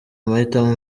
mahitamo